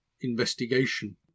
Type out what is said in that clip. investigation